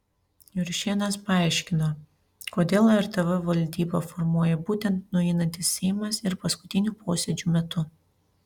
juršėnas paaiškino kodėl rtv valdybą formuoja būtent nueinantis seimas ir paskutinių posėdžių metu